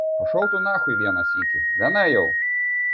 pašol tu nachui vieną sykį gana jau